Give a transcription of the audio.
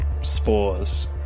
spores